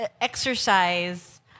exercise